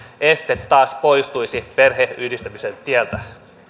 este taas poistuisi perheenyhdistämisen tieltä